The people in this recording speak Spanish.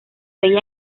veían